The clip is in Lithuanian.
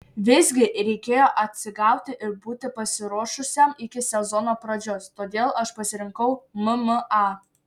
visgi reikėjo atsigauti ir būti pasiruošusiam iki sezono pradžios todėl aš pasirinkau mma